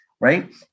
Right